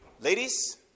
Ladies